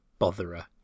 botherer